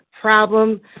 problem